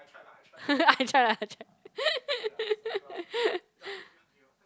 I try lah I try